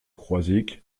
croizic